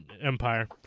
Empire